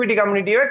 community